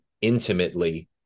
intimately